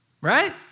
Right